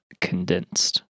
condensed